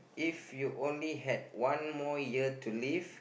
if you only had one more year to live